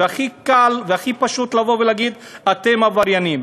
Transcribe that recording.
והכי קל והכי פשוט לבוא ולהגיד: אתם עבריינים.